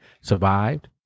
survived